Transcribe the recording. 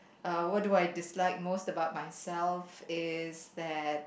uh what do I dislike most about myself is that